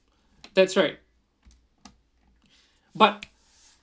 that's right but